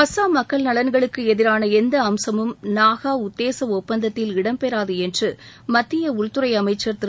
அஸ்ஸாம் மக்கள் நலன்களுக்கு எதிரான எந்த அம்சமும் நாகா உத்தேச ஒப்பந்தத்தில் இடம்பெறாது என்று மத்திய உள்துறை அமைச்சர் திரு